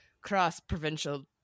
cross-provincial